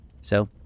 So